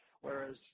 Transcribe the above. Whereas